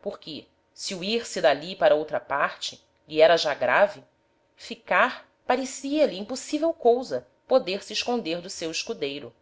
porque se o ir-se d'ali para outra parte lhe era já grave ficar parecia-lhe impossivel cousa poder se esconder do seu escudeiro